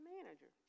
Manager